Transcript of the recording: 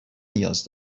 نیاز